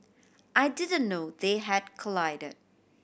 I didn't know they had collided